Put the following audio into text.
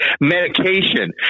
medication